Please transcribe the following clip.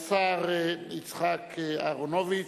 השר יצחק אהרונוביץ,